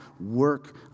work